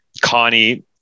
Connie